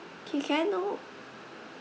okay can I know